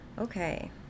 Okay